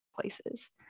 places